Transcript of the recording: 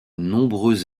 nombreux